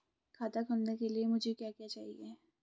खाता खोलने के लिए मुझे क्या क्या चाहिए?